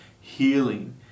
healing